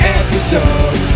episode